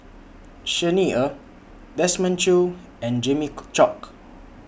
Xi Ni Er Desmond Choo and Jimmy Chok